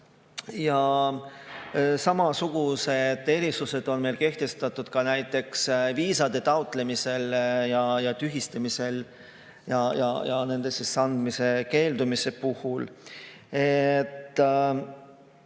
Samasugused erisused on meil kehtestatud ka näiteks viisade taotlemisel ja tühistamisel ning nende andmisest keeldumise puhul.